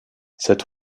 cet